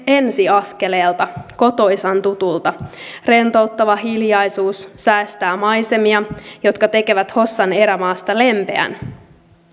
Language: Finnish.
ensiaskeleelta kotoisan tutulta rentouttava hiljaisuus säestää maisemia jotka tekevät hossan erämaasta lempeän